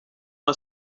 are